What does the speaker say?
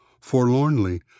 Forlornly